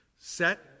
set